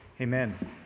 Amen